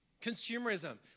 Consumerism